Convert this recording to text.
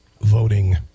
voting